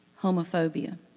homophobia